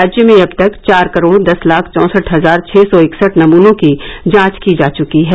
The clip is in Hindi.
राज्य में अब तक चार करोड़ दस लाख चौसठ हजार छ सौ इकसठ नमूनों की जांच की जा चुकी है